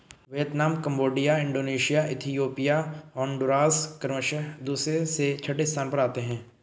Vietnam Cambodia Indonesia Ethiopia Honduras क्रमशः दूसरे से छठे स्थान पर आते हैं